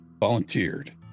volunteered